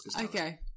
Okay